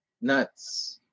Nuts